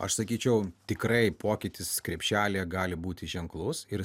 aš sakyčiau tikrai pokytis krepšelyje gali būti ženklus ir